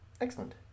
Excellent